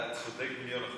אתה צודק במיליון אחוז.